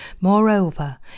Moreover